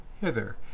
hither